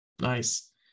Nice